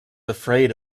afraid